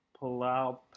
Palau